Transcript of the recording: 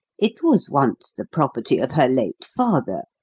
it was once the property of her late father,